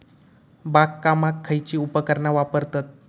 बागकामाक खयची उपकरणा वापरतत?